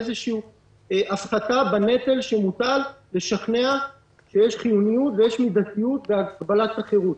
איזושהי הפחתה בנטל שמוטל לשכנע שיש חיוניות ויש מידתיות בהגבלת החירות.